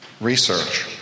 research